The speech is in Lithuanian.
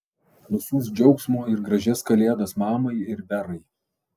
nusiųsk džiaugsmo ir gražias kalėdas mamai ir verai